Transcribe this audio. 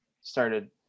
started